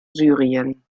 syrien